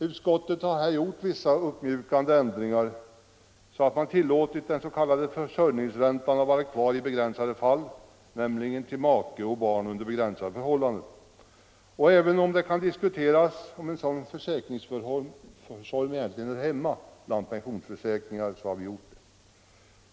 Utskottet har här gjort vissa uppmjukande ändringar, så att man tillåtit den s.k. försörjningsräntan att vara kvar i vissa fall, nämligen då det gäller make och barn under begränsade förhållanden. Även om det kan diskuteras huruvida en sådan försäkringsform hör hemma bland pensionsförsäkringar har vi gjort på detta sätt.